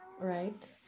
right